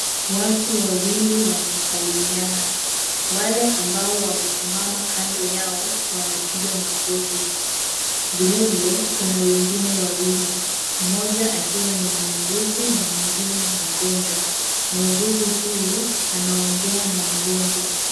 Watu wawili wanasalamiana, wale ambao wamesimama kando yao wanapiga makofi, vile vile kuna wengine wawili mmoja akiwa ni muuguzi na mwingine mgonjwa muuguzi huyu anaongea na mgonjwa.